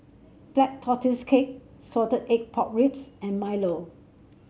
Black Tortoise Cake Salted Egg Pork Ribs and Milo